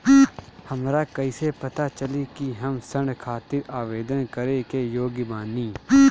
हमरा कईसे पता चली कि हम ऋण खातिर आवेदन करे के योग्य बानी?